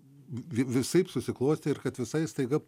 vi visaip susiklostė ir kad visai staiga